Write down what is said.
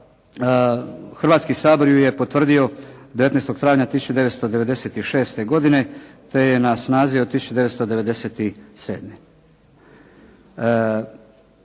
Hrvatski sabor ju je potvrdio 19. travnja 1996. godine, te je na snazi od 1997.